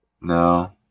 No